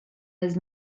his